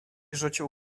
rzucił